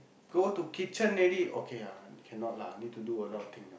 go to kitchen already okay lah cannot lah need to do a lot of thing ah